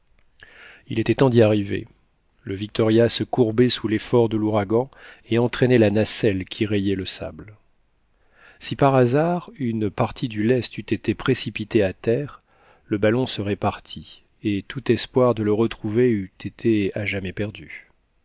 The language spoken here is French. il était temps d'y arriver le victoria se courbait sous l'effort de l'ouragan et entraînait la nacelle qui rayait le sable si par hasard une partie du lest eut été précipitée à terre le ballon serait parti et tout espoir de le retrouver eut été à jamais perdu